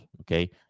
Okay